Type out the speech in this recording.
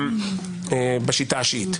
בשיטה השיעית.